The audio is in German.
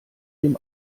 dem